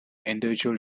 individual